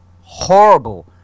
Horrible